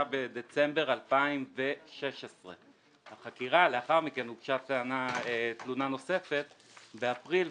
בדצמבר 2016. לאחר מכן הוגשה תלונה נוספת באפריל,